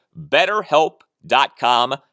betterhelp.com